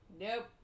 Nope